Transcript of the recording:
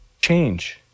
change